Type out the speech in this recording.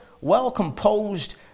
well-composed